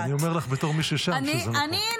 אז אני אומר לך בתור מי ששם שזה נכון.